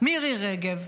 מירי רגב,